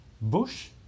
bush